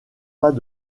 pas